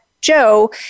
Joe